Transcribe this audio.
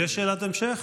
יש שאלת המשך?